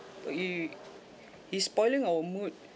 you he's spoiling our mood